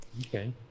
Okay